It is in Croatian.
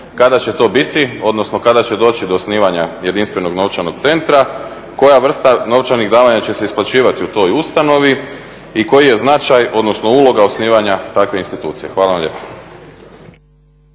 kada će to biti odnosno kada će doći do osnivanja jedinstvenog novčanog centra, koja vrsta novčanih davanja će se isplaćivati u toj ustanovi i koji je značaj, odnosno uloga osnivanja takve institucije. Hvala vam lijepa.